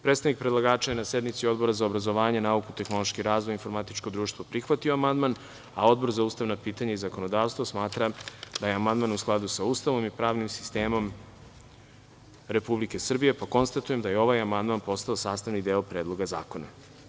Predstavnik predlagača je na sednici Odbora za obrazovanje, nauku, tehnološki razvoj i informatičko društvo prihvatio amandman, a Odbor za ustavna pitanja i zakonodavstvo smatra da je amandman u skladu sa Ustavom i pravnim sistemom Republike Srbije, pa konstatujem da je ovaj amandman postao sastavni deo Predloga zakona.